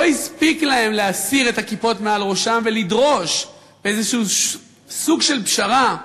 לא הספיק להם להסיר את הכיפות מעל ראשם ולדרוש איזשהו סוג של פשרה,